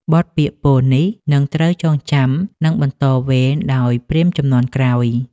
បទពាក្យពោលនេះនឹងត្រូវចងចាំ និងបន្តវេនដោយព្រាហ្មណ៍ជំនាន់ក្រោយ។